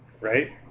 right